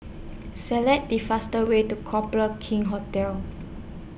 Select The fastest Way to Copthorne King's Hotel